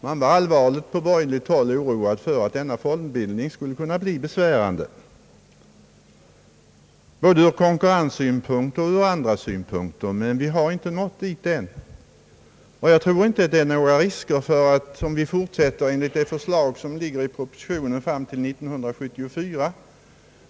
Man var på borgerligt håll allvarligt oroad över att denna fondbildning skulle kunna bli besvärande både ur konkurrenssynpunkt och ur andra synpunkter. Men vi har inte nått dit ännu. Jag tror inte att det föreligger några risker, om vi fortsätter enligt det förslag som framlagts i propositionen fram till 1974.